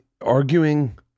arguing